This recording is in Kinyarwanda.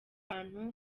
abantu